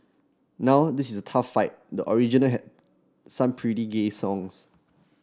now this is a tough fight the original had some pretty gay songs